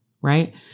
right